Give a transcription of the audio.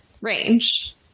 range